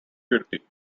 purity